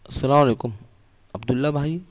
السلام علیکم عبداللہ بھائی